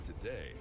today